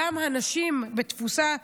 גם הנשים בתפוסה מדהימה,